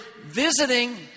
visiting